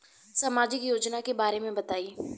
सामाजिक योजना के बारे में बताईं?